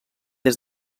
des